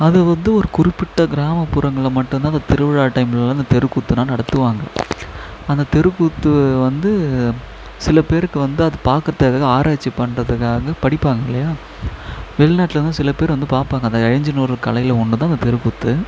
அது வந்து ஒரு குறிப்பிட்ட கிராமப்புறங்களில் மட்டும் தான் அந்த திருவிழா டைம்லலாம் இந்த தெருக்கூத்துலாம் நடத்துவாங்க அந்த தெருக்கூத்து வந்து சில பேருக்கு வந்து அது பார்க்கறது அதாவது ஆராய்ச்சி பண்ணுறதுக்காக வந்து படிப்பாங்க இல்லையா வெளிநாட்டுலேந்தும் சில பேர் வந்து பார்ப்பாங்க அதை அழிஞ்சுன்னு வர்ற கலையில் ஒன்று தான் அந்த தெருக்கூத்து